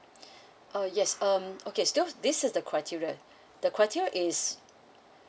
uh yes um okay so this is the criteria the criteria is